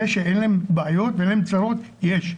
זה שאין להם בעיות ואין להם צרות יש.